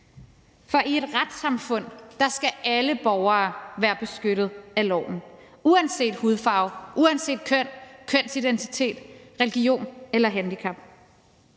For i et retssamfund skal alle borgere være beskyttet af loven, uanset hudfarve, køn, kønsidentitet, religion og handicap.